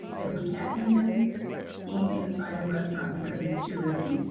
if we can't even eat inside a restaurant because it's too risky,